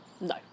no